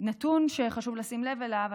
נתון שחשוב לשים לב אליו.